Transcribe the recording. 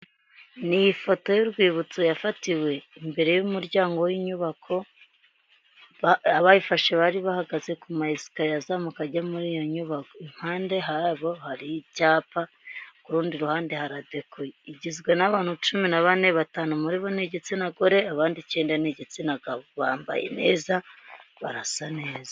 Ni iyi i foto y'urwibutso yafatiwe imbere y'umuryango w'inyubako, abayifashe bari bahagaze kuma esikariye azamuka ajya muri iyo nyubako. Impande habo hari icyapa, ku rundi ruhande haradekoye. Igizwe n'abantu cumi na bane batanu muri bo n'igitsina gore abandi icyenda n'igitsina gabo, bambaye neza ,barasa neza.